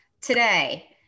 today